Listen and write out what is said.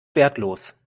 wertlos